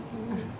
mm